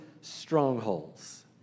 strongholds